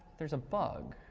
there's a bug.